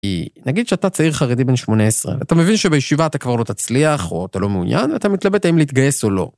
‫היא, נגיד שאתה צעיר חרדי בן 18, ‫ואתה מבין שבישיבה אתה כבר לא תצליח, ‫או אתה לא מעויין, ‫ואתה מתלבט האם להתגייס או לא